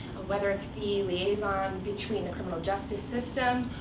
whether it's the liaison between the criminal justice system,